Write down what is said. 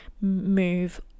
move